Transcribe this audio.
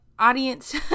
Audience